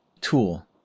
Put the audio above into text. tool